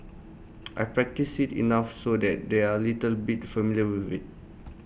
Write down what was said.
I practice IT enough so that they are little bit familiar with IT